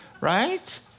right